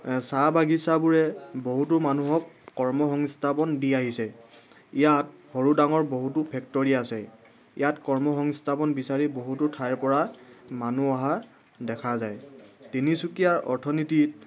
চাহ বাগিচাবোৰে বহুতো মানুহক কৰ্মসংস্থাপন দি আহিছে ইয়াত সৰু ডাঙৰ বহুতো ফেক্টৰী আছে ইয়াত কৰ্মসংস্থাপন বিচাৰি বহুতো ঠাইৰ পৰা মানুহ অহা দেখা যায় তিনিচুকীয়াৰ অৰ্থনীতিত